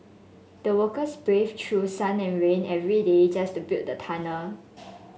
the workers braved through sun and rain every day just to build the tunnel